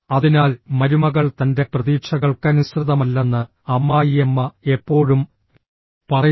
അതിനാൽ മരുമകൾ തന്റെ പ്രതീക്ഷകൾക്കനുസൃതമല്ലെന്ന് അമ്മായിയമ്മ എപ്പോഴും പറയുന്നു